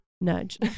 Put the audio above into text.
nudge